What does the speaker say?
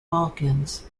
balkans